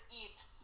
eat